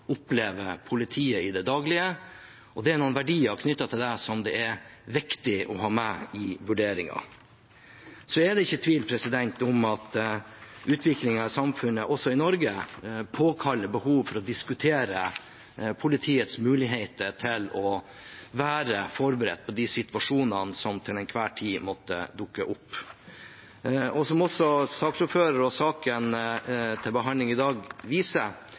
opplever politiet i det daglige, og det er noen verdier knyttet til det som det er viktig å ha med i vurderingen. Det er ikke tvil om at utviklingen i samfunnet, også i Norge, påkaller behov for å diskutere politiets muligheter til å være forberedt på de situasjonene som til enhver tid måtte dukke opp. Som saken vi har til behandling i dag viser,